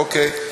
אוקיי.